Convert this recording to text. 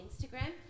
Instagram